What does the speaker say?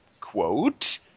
Quote